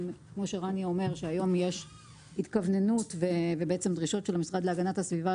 אם יש דרישות של המשרד להגנת הסביבה